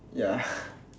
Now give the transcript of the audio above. ya